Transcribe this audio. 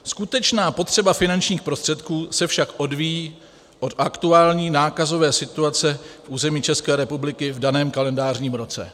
Skutečná potřeba finančních prostředků se však odvíjí od aktuální nákazové situace na území České republiky v daném kalendářním roce.